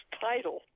title